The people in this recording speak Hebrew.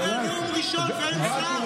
ירון, זה לא